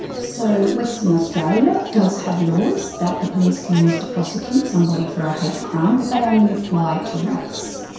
so western australia does have laws that the police can use to prosecute somebody for a hate crime but they only apply to race.